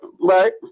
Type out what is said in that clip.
right